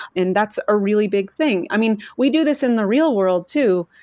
and that's a really big thing. i mean, we do this in the real world too.